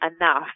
enough